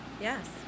Yes